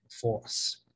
force